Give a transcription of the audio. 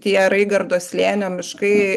tie raigardo slėnio miškai